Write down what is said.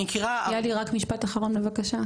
יהלי, רק משפט אחרון בבקשה.